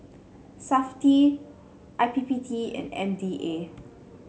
Safti I P P T and M D A